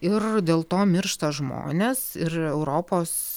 ir dėl to miršta žmonės ir europos